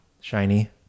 shiny